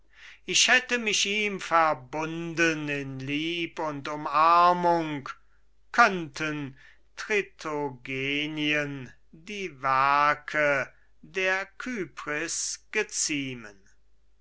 ich hätte mich ihm verbunden in lieb und umarmung könnten tritogeneien die werke der kypris geziemen